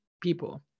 people